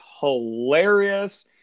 hilarious